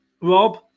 Rob